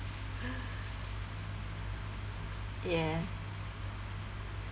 yeah